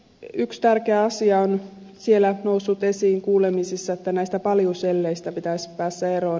yksi tärkeä asia on siellä noussut esiin kuulemisissa että näistä paljuselleistä pitäisi päästä eroon